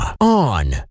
on